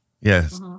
Yes